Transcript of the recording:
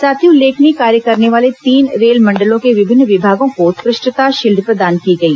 साथ ही उल्लेखनी कार्य करने वाले तीन रेलमंडलों के विभिन्न विभागों को उत्कृष्टता शील्ड प्रदान की गई